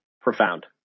profound